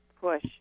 push